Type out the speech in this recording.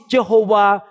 Jehovah